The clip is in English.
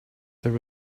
there